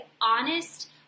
honest